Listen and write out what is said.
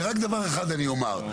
ורק דבר אחד אני אומר.